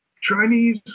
Chinese